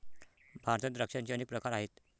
भारतात द्राक्षांचे अनेक प्रकार आहेत